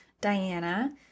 Diana